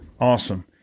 Awesome